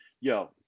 yo